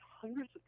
hundreds